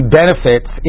benefits